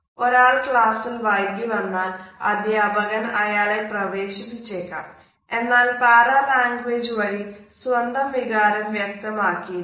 ഒരാൾ ക്ലാസ്സിൽ വൈകി വന്നാൽ അധ്യപാകൻ അയാളെ പ്രവേശിപ്പിച്ചേക്കാം എന്നാൽ പാരാലാങ്ഗ്വേജ് വഴി സ്വന്തം വികാരം വ്യക്തമാക്കിയിരിക്കും